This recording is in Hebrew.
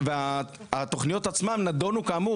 והתוכניות עצמן נדונו כאמור,